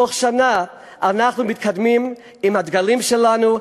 תוך שנה אנחנו מתקדמים עם הדגלים שלנו: